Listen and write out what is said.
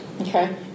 Okay